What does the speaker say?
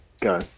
go